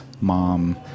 mom